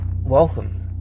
Welcome